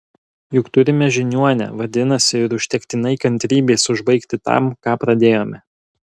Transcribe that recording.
juk turime žiniuonę vadinasi ir užtektinai kantrybės užbaigti tam ką pradėjome